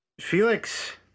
Felix